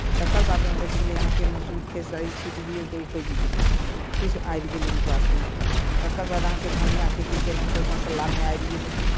तकर बादमे बचि गेलै अहाँके मसुरी खेसारी छीँट दियौ तऽ उपजि गेलै किछु आबि गेलै मुफास्तमे तकर बाद अहाँके धनिया खेती केलहुँ तऽ ओ मसालामे आबि गेलै